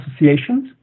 associations